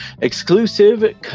exclusive